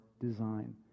design